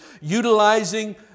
utilizing